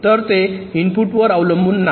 तर ते इनपुटवर अवलंबून नाही